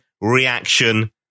reaction